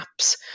apps